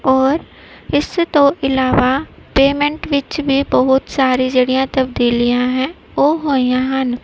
ਔਰ ਇਸ ਤੋਂ ਇਲਾਵਾ ਪੇਮੈਂਟ ਵਿੱਚ ਵੀ ਬਹੁਤ ਸਾਰੀ ਜਿਹੜੀਆਂ ਤਬਦੀਲੀਆਂ ਹੈ ਉਹ ਹੋਈਆਂ ਹਨ